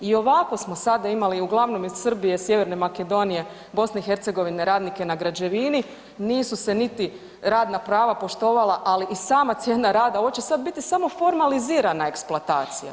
I ovako samo sada imali uglavnom iz Srbije i Sjeverne Makedonije, BiH radnike na građevini, nisu se niti radna prava poštovala, ali i sama cijena rada, ovo će sada biti samo formalizirana eksploatacija.